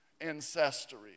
ancestry